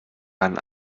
laden